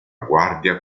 guardia